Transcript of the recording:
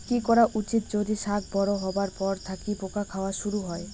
কি করা উচিৎ যদি শাক বড়ো হবার পর থাকি পোকা খাওয়া শুরু হয়?